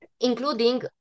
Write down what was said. including